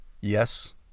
Yes